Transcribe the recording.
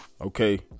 okay